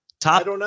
Top